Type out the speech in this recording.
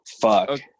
Fuck